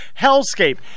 hellscape